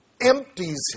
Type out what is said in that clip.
empties